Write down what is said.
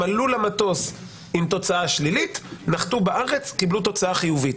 הם עלו למטוס עם תוצאה שלילית ונחתו בארץ וקיבלו תוצאה חיובית